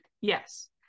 Yes